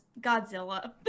Godzilla